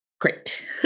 Great